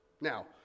Now